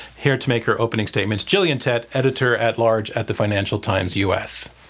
here to make her opening statements, gillian tett, editor at large at the financial times u. s.